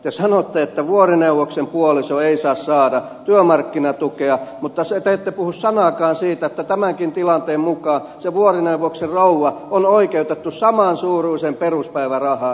te sanotte että vuorineuvoksen puoliso ei saa saada työmarkkinatukea mutta te ette puhu sanaakaan siitä että tämänkin tilanteen mukaan se vuorineuvoksen rouva on oikeutettu samansuuruiseen peruspäivärahaan